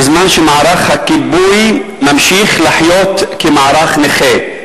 בזמן שמערך הכיבוי ממשיך לחיות כמערך נכה.